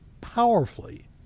powerfully